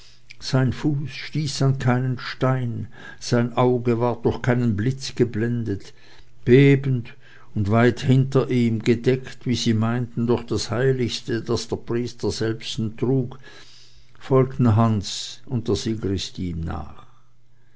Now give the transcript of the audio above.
sein fuß stieß an keinen stein sein auge ward durch keinen blitz geblendet bebend und weit hinter ihm gedeckt wie sie meinten durch das heiligste das der priester selbsten trug folgten hans und der sigrist ihm nach